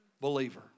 believer